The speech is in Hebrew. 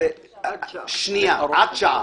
עד שעה.